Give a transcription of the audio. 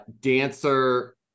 dancer